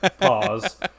Pause